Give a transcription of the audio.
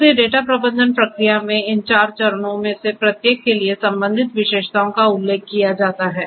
इसलिए डेटा प्रबंधन प्रक्रिया में इन 4 चरणों में से प्रत्येक के लिए संबंधित विशेषताओं का उल्लेख किया जाता है